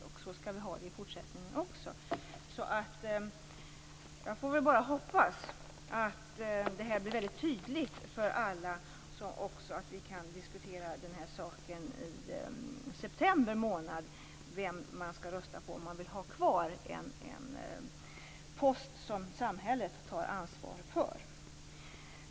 Och så skall vi ha det i fortsättningen också. Jag får väl bara hoppas att det här blir väldigt tydligt för alla och att vi också kan diskutera denna fråga i september månad, så att man vet vem man skall rösta på om man vill ha kvar en post som samhället tar ansvar för.